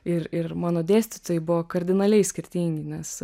ir ir mano dėstytojai buvo kardinaliai skirtingi nes